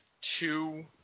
two